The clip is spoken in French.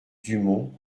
dumont